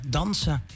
dansen